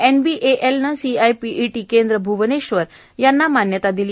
एनबीएलने CIPET केंद्र भ्वनेश्वर यांना मान्यता दिली